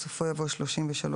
בסופו יבוא "33ד1".